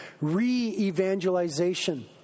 re-evangelization